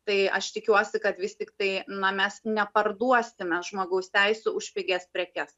tai aš tikiuosi kad vis tiktai na mes neparduosime žmogaus teisių už pigias prekes